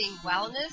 Wellness